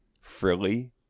Frilly